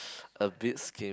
a bit skinny